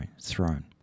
throne